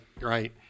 right